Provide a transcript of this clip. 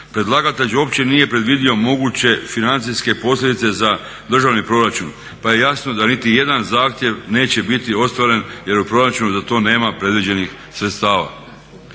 Predlagatelj uopće nije predvidio moguće financijske posljedice za državni proračun pa je jasno da niti jedan zahtjev neće biti ostvaren jer u proračunu za to nema predviđenih sredstava.